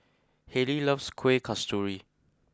Haylie loves Kuih Kasturi